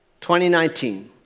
2019